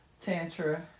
Tantra